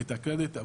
את הקרדיט.